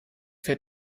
vier